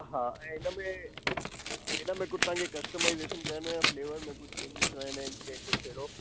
हा ऐं इनमें हा इनमें कुझु तव्हांखे कस्टमाईजेशन करिणो आहे फ़्लेवर में कुझु चेंजिस कराइणा आहिनि के कुझु अहिड़ो